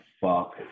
fuck